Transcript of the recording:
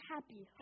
Happy